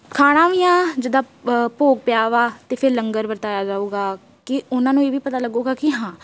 ਖਾਣਾ ਵੀ ਆ ਜਿੱਦਾਂ ਅ ਭੋਗ ਪਿਆ ਵਾ ਅਤੇ ਫਿਰ ਲੰਗਰ ਵਰਤਾਇਆ ਜਾਊਗਾ ਕਿ ਉਹਨਾਂ ਨੂੰ ਇਹ ਵੀ ਪਤਾ ਲੱਗੂਗਾ ਕਿ ਹਾਂ